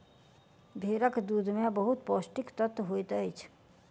भेड़क दूध में बहुत पौष्टिक तत्व होइत अछि